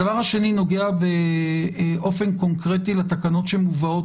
הדבר השני נוגע באופן קונקרטי לתקנות שמובאות